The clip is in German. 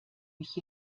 mich